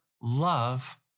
love